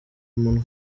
umunwa